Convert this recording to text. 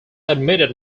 admitted